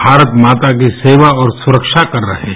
भारत माता की सेवा और सुरक्षा कर रहे हैं